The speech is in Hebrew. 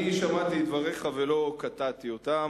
אני שמעתי את דבריך ולא קטעתי אותם.